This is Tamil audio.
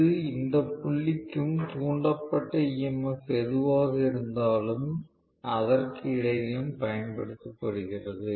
இது இந்த புள்ளிக்கும் தூண்டப்பட்ட EMF எதுவாக இருந்தாலும் அதற்கு இடையிலும் பயன்படுத்தப்படுகிறது